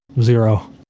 zero